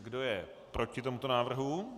Kdo je proti tomuto návrhu?